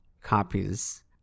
copies